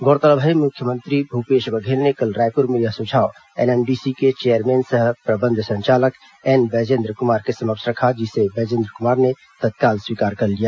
गौरतलब है कि मुख्यमंत्री भूपेश बघेल ने कल रायपुर में यह सुझाव एनएमडीसी के चेयरमैन सह प्रबंध संचालक एन बैजेन्द्र कुमार के समक्ष रखा जिसे बैजेंद्र कुमार ने तत्काल स्वीकार कर लिया